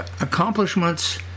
accomplishments